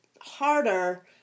harder